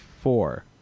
four